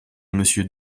monsieur